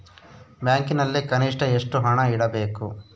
ಬ್ಯಾಂಕಿನಲ್ಲಿ ಕನಿಷ್ಟ ಎಷ್ಟು ಹಣ ಇಡಬೇಕು?